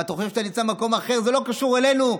ואתה חושב שאתה נמצא במקום אחר: זה לא קשור אלינו,